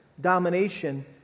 domination